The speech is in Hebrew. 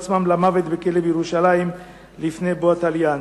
עצמם למוות בכלא בירושלים לפני בוא התליין.